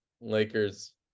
Lakers